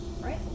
right